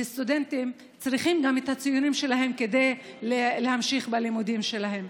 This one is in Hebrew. וסטודנטים צריכים גם את הציונים שלהם כדי להמשיך בלימודים שלהם.